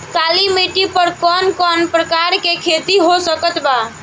काली मिट्टी पर कौन कौन प्रकार के खेती हो सकत बा?